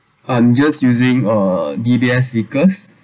I'm just using a D_B_S Vickers